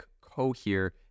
Cohere